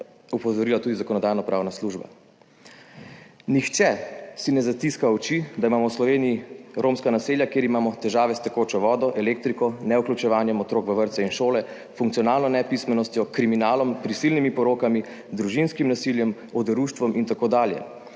opozorila tudi Zakonodajno-pravna služba. Nihče si ne zatiska oči, da imamo v Sloveniji romska naselja, kjer imamo težave s tekočo vodo, elektriko, nevključevanjem otrok v vrtce in šole, funkcionalno nepismenostjo, kriminalom, prisilnimi porokami, družinskim nasiljem, oderuštvom in tako dalje.